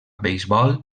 beisbol